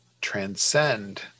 transcend